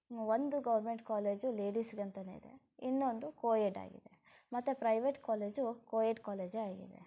ಒಂದು government college ಲೇಡಿಸ್ಗಂತಲೇ ಇದೆ ಇನ್ನೊಂದು ಕೋಯೆಡ್ ಆಗಿದೆ ಮತ್ತು ಪ್ರೈವೇಟ್ ಕಾಲೇಜು ಕೋಯೆಡ್ ಕಾಲೇಜೇ ಆಗಿದೆ